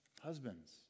Husbands